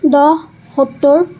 দহ সত্তৰ